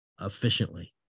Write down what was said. efficiently